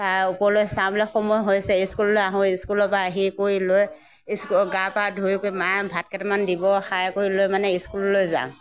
তাৰ ওপৰলৈ চাওঁ বোলে সময় হৈছে স্কুললৈ আহোঁ স্কুলৰ পৰা আহি কৰি লৈ ইস্কু গা পা ধুই কৰি মায়ে ভাতকেইটা মান দিব খাই কৰি লৈ মানে স্কুললৈ যাওঁ